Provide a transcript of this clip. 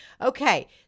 Okay